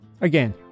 Again